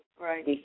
Right